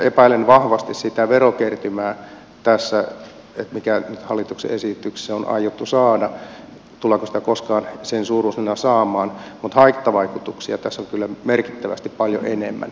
epäilen vahvasti sitä verokertymää tässä mikä nyt hallituksen esityksessä on aiottu saada tullaanko sitä koskaan sen suuruisena saamaan mutta haittavaikutuksia tässä on kyllä merkittävästi paljon enemmän